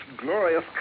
glorious